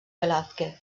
velázquez